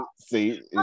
see